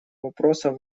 вопроса